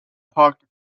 parked